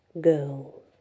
girl